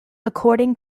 according